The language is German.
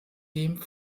dem